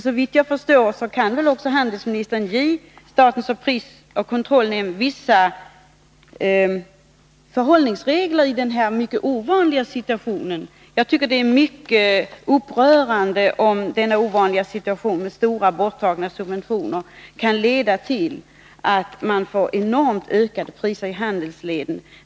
Såvitt jag förstår kan väl också handelsministern ge statens prisoch kartellnämnd vissa förhållningsregler i denna mycket ovanliga situation. Jag tycker att det är upprörande om denna situation med stora borttagna subventioner kan leda till att det blir enormt ökade priser i handelsleden.